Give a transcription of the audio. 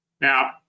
Now